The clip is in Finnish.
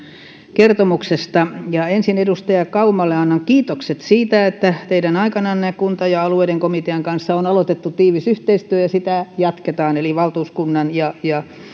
kertomuksesta ensin edustaja kaumalle annan kiitokset siitä että teidän aikananne kunta ja aluekomitean kanssa on aloitettu tiivis yhteistyö ja sitä jatketaan valtuuskunnan ja ja